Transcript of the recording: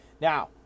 Now